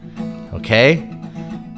okay